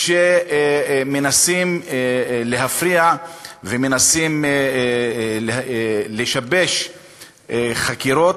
שמנסים להפריע ומנסים לשבש חקירות,